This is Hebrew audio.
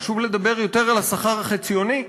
חשוב לדבר יותר על השכר החציוני.